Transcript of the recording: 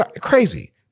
crazy